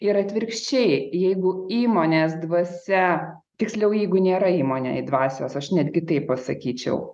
ir atvirkščiai jeigu įmonės dvasia tiksliau jeigu nėra įmonėj dvasios aš netgi taip pasakyčiau